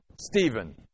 Stephen